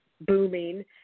booming